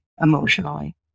emotionally